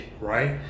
right